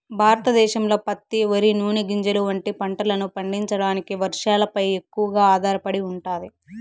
భారతదేశంలో పత్తి, వరి, నూనె గింజలు వంటి పంటలను పండించడానికి వర్షాలపై ఎక్కువగా ఆధారపడి ఉంటాది